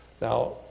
Now